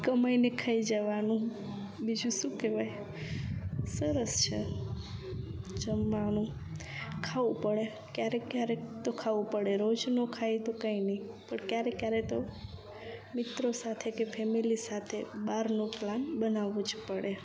કમાઈને ખાઈ જવાનું બીજું શું કહેવાય સરસ છે જમવાનું ખાવું પડે ક્યારેક ક્યારેક તો ખાવું પડે રોજ ન ખાઈએ તો કાંઈ નહીં પણ ક્યારેક ક્યારેક તો મિત્રો સાથે કે ફેમિલી સાથે બહારનો પ્લાન બનાવવો જ પડે